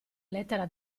lettera